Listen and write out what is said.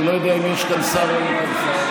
אני לא יודע אם יש כאן שר או אין כאן שר.